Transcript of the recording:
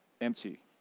empty